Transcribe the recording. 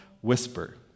whisper